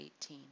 18